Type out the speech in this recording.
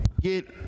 get